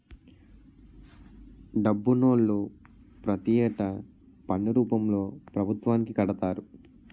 డబ్బునోళ్లు ప్రతి ఏటా పన్ను రూపంలో పభుత్వానికి కడతారు